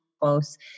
close